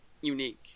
unique